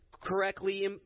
correctly